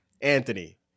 anthony